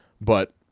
But-